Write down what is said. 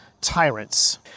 tyrants